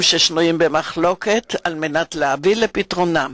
השנויים במחלוקת על מנת להביא לפתרונם